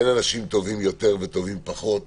אין אנשים טובים יותר וטובים פחות,